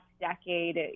decade